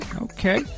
okay